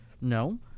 no